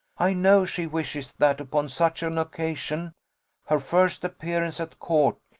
i know she wishes that upon such an occasion her first appearance at court,